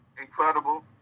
incredible